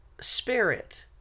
spirit